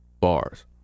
Bars